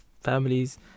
families